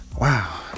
wow